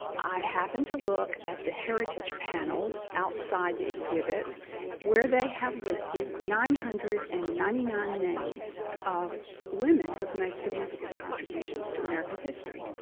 i happened to look at the heritage panels outside the exhibit where they have listed nine hundred and ninety nine names of women who have made significant contributions to american history.